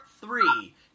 three